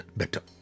better